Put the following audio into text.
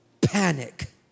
panic